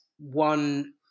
one